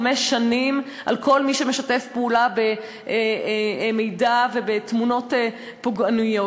חמש שנים לכל מי שמשתף פעולה במידע ובתמונות פוגעניות.